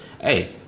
hey